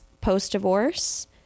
post-divorce